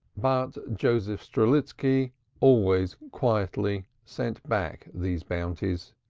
but joseph strelitski always quietly sent back these bounties.